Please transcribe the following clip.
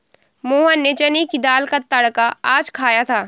मोहन ने चने की दाल का तड़का आज खाया था